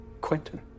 Quentin